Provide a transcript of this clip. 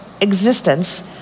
existence